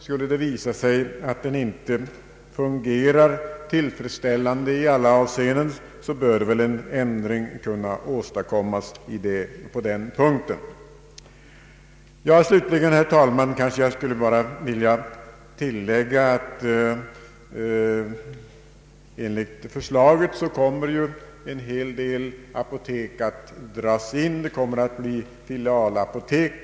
Skulle det visa sig att den inte fungerar tillfredsställande i alla avseenden, bör väl en ändring kunna åstadkommas där brister eventuellt föreligger. Slutligen, herr talman, vill jag bara tillägga att enligt förslaget kommer en hel del apotek att dras in och en hel del att ersättas med filialapotek.